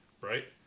Right